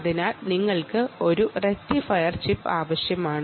അതിനാൽ നിങ്ങൾക്ക് ഒരു റക്റ്റിഫയർ ചിപ്പ് ആവശ്യമാണ്